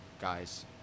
guys